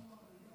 זה יקרה.